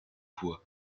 voix